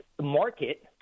market